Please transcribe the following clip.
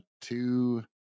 two